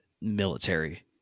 military